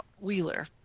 Wheeler